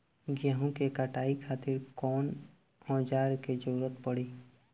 गेहूं के कटाई खातिर कौन औजार के जरूरत परी?